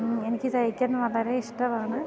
എനിക്ക് തയ്ക്കാൻ വളരെയിഷ്ടവാണ്